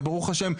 וברוך השם,